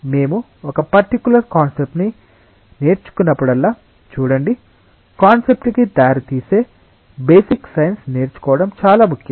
మేము ఒక particular concept ని నేర్చుకున్నప్పుడల్లా చూడండి కాన్సెప్ట్ కి దారితీసే బేసిక్ సైన్సు నేర్చుకోవడం చాలా ముఖ్యం